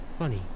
Funny